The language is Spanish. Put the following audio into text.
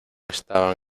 estaban